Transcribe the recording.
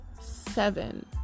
seven